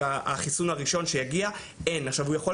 החיסון הגיע מאוד מאוחר